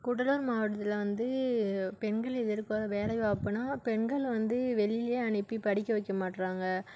கூடலூர் மாவட்டத்தில் வந்து பெண்களின் விருப்பம் அது வேலைவாய்ப்புனா பெண்கள் வந்து வெளியிலேயே அனுப்பி படிக்க வைக்க மாட்றாங்க